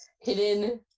hidden